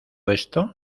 esto